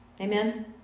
Amen